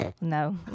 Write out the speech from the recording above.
No